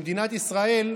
במדינת ישראל,